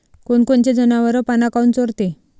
कोनकोनचे जनावरं पाना काऊन चोरते?